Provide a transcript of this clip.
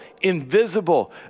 invisible